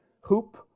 hoop